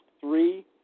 three